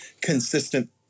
consistent